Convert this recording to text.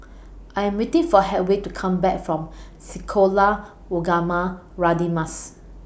I'm waiting For Hedwig to Come Back from Sekolah Ugama Radin Mas